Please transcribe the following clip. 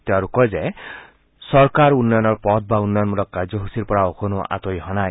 তেওঁ আৰু কয় যে চৰকাৰ উন্নয়নৰ পথ বা উন্নয়নমূলক কাৰ্যসূচীৰপৰা অকণো আঁতৰি অহা নাই